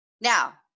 now